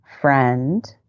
friend